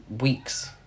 weeks